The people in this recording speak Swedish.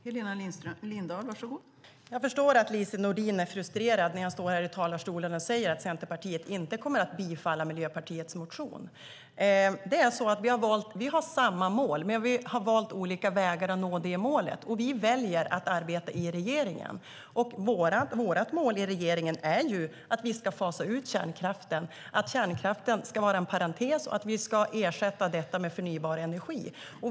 Fru talman! Jag förstår att Lise Nordin är frustrerad när jag står här i talarstolen och säger att Centerpartiet inte kommer att rösta för bifall till Miljöpartiets motion. Vi har samma mål, men vi har valt olika vägar att nå det målet. Vi väljer att arbeta i regeringen. Vårt mål i regeringen är att vi ska fasa ut kärnkraften, att kärnkraften ska vara en parentes och att vi ska ersätta den med förnybar energi.